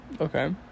okay